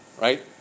right